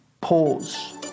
Pause